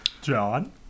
John